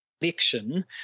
election